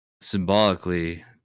symbolically